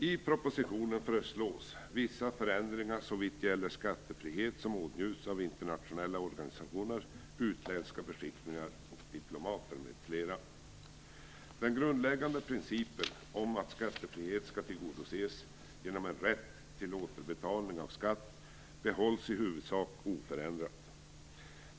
I propositionen föreslås vissa förändringar så vitt gäller skattefrihet som åtnjuts av internationella organisationer, utländska beskickningar och diplomater m.fl. Den grundläggande principen om att skattefrihet skall tillgodoses genom en rätt till återbetalning av skatt behålls i huvudsak oförändrad.